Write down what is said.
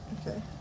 Okay